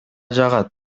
жагат